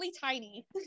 tiny